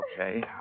Okay